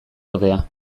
ordea